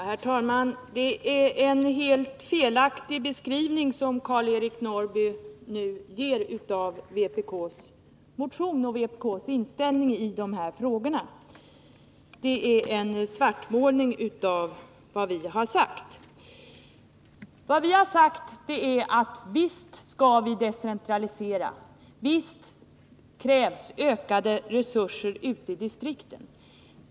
Herr talman! Det är en helt felaktig beskrivning som Karl-Eric Norrby nu ger av vpk:s motion och inställning i dessa frågor. Det är en svartmålning av vad vi har sagt. Visst skall vi decentralisera och visst krävs ökade resurser ute i distrikten.